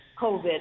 COVID